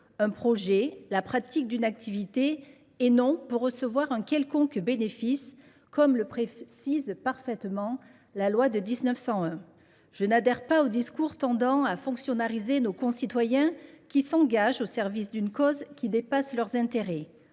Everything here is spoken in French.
un projet, la pratique d’une activité, et non pour recevoir un quelconque bénéfice, comme l’indique parfaitement la loi de 1901. Je n’adhère pas au discours tendant à fonctionnariser nos concitoyens qui s’engagent au service d’une cause dépassant leurs intérêts.